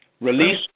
release